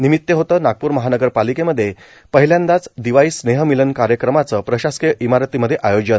निमित्त होते नागपूर महानगरपालिकेमध्ये पहिल्यांदाच दिवाळी स्नेहमिलन कार्यक्रमाचे प्रशासकीय इमारतीमध्ये आयोजन